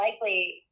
likely